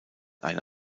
eine